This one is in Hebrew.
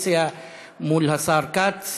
מול השר כץ.